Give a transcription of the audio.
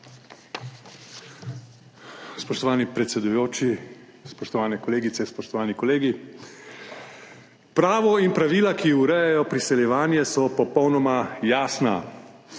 Spoštovani predsedujoči, spoštovane kolegice, spoštovani kolegi! Pravo in pravila, ki urejajo priseljevanje, so popolnoma jasni,